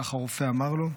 כך הרופא אמר לו,